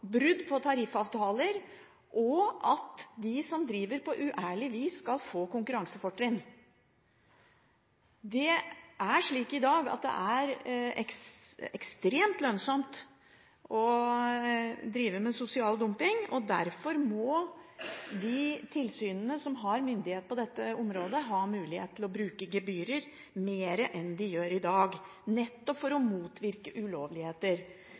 brudd på tariffavtaler, og at de som driver på uærlig vis, skal få konkurransefortrinn. I dag er det ekstremt lønnsomt å drive med sosial dumping, derfor må de tilsynene som har myndighet på dette området, ha mulighet til å bruke gebyrer mer enn de gjør i dag, nettopp for å motvirke ulovligheter.